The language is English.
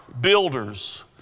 builders